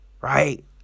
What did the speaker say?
right